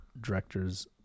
directors